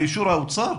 לאישור האוצר?